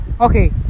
okay